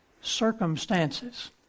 circumstances